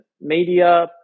media